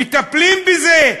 מטפלים בזה,